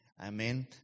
Amen